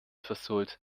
versohlt